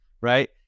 right